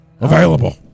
available